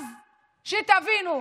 אז שתבינו,